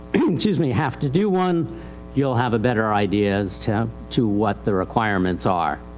excuse me, have to do one youill have a better idea as to, to what the requirements are.